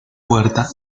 puerta